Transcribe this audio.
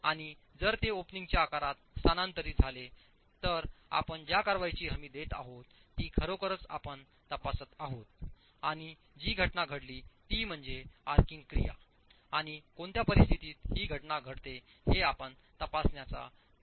आणि जर ते ओपनिंगच्या आकारात स्थानांतरित झाले तर आपण ज्या कारवाईची हमी देत आहोत ती खरोखरच आपण तपासत आहोत आणि जी घटना घडली ती म्हणजे आर्किंग क्रिया आणि कोणत्या परिस्थितीत ही घटना घडते हे आपण तपासण्याचा प्रयत्न करीत आहोत